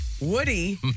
Woody